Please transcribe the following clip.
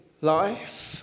life